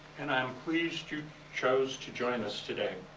and i'm pleased you chose to join us today.